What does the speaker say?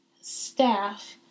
staff